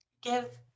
give